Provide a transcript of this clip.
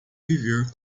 viver